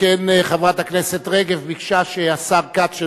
שכן חברת הכנסת רגב ביקשה שהשר כץ,